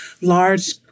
large